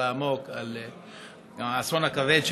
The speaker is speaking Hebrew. מקום לבטלו.